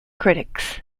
critics